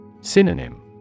Synonym